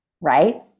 right